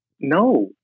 no